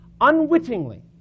unwittingly